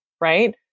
right